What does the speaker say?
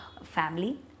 Family